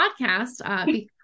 podcast